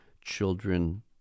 children